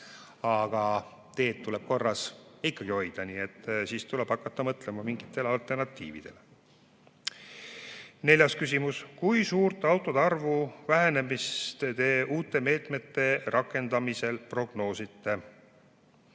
Aga teed tuleb ikkagi korras hoida. Nii et siis tuleb hakata mõtlema mingitele alternatiividele. Neljas küsimus: "Kui suurt autode arvu vähenemist te uute meetmete rakendamisel prognoosite?"